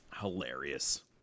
Hilarious